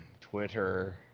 Twitter